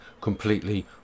completely